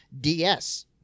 DS